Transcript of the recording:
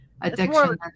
addiction